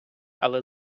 але